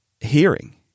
Hearing